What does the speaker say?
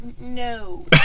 No